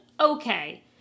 Okay